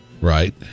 Right